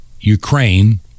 Ukraine